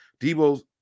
Debo's